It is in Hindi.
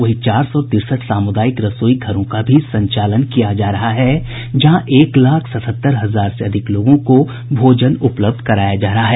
वहीं चार सौ तिरसठ सामुदायिक रसोई घरों का भी संचालन किया जा रहा है जहां एक लाख सतहत्तर हजार से अधिक लोगों को भोजन उपलब्ध कराया जा रहा है